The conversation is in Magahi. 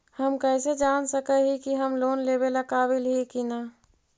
हम कईसे जान सक ही की हम लोन लेवेला काबिल ही की ना?